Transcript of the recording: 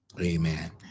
Amen